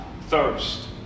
thirst